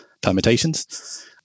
permutations